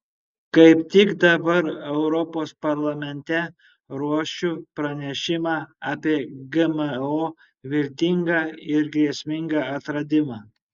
kaip tik dabar europos parlamente ruošiu pranešimą apie gmo viltingą ir grėsmingą atradimą